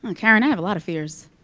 um karen, i have a lot of fears.